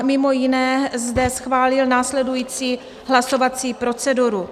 Mimo jiné zde schválil následující hlasovací proceduru.